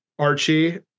Archie